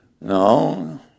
No